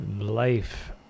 Life